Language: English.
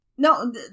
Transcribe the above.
No